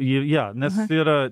ir ja nes yra